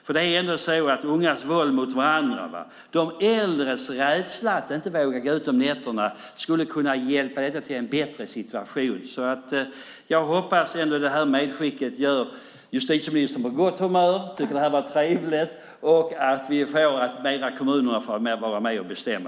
Det handlar ändå om ungas våld mot varandra och de äldres rädsla att inte våga gå ut om nätterna. Man skulle kunna hjälpa det till en bättre situation. Jag hoppas att detta medskick gör justitieministern på gott humör. Jag har tyckt att debatten har varit trevlig och att det är bra om kommunerna får vara med mer och bestämma.